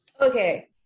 Okay